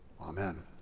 amen